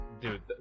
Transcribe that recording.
dude